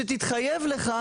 שתתחייב לך,